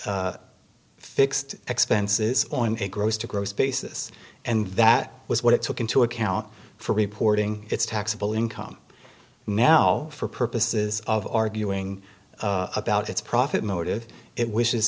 s fixed expenses on a gross to gross basis and that was what it took into account for reporting its taxable income now for purposes of arguing about its profit motive it wishes